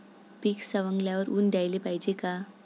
पीक सवंगल्यावर ऊन द्याले पायजे का?